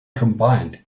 combined